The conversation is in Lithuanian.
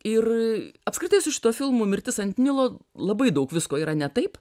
ir apskritai su šituo filmu mirtis ant nilo labai daug visko yra ne taip